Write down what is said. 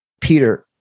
Peter